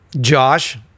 josh